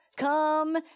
come